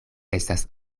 estas